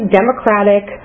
democratic